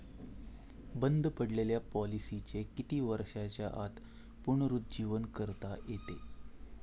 बंद पडलेल्या पॉलिसीचे किती वर्षांच्या आत पुनरुज्जीवन करता येते?